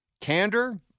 candor